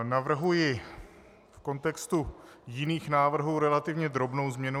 Navrhuji v kontextu jiných návrhů relativně drobnou změnu.